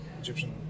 Egyptian